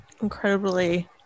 incredibly